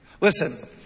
Listen